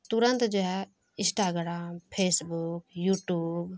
ترنت جو ہے Instagram Facebook you tube